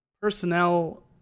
personnel